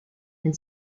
and